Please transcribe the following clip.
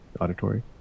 auditory